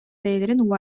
бэйэлэрин